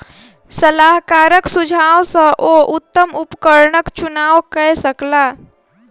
सलाहकारक सुझाव सॅ ओ उत्तम उपकरणक चुनाव कय सकला